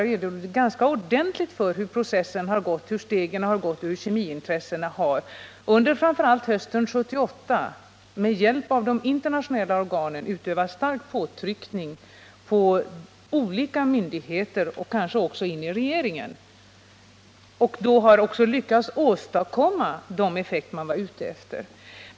Jag har ganska utförligt redogjort för hur processen fortgått och för hur kemiintressena framför allt under hösten 1978 med hjälp av de internationella organen utövat stark påtryckning på olika myndigheter och kanske också på regeringen. Man har på så sätt lyckats åstadkomma de effekter som man var ute efter.